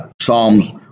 Psalms